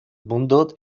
mundo